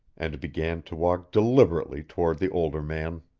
and began to walk deliberately toward the older man.